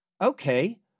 Okay